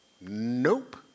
nope